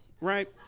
right